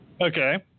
Okay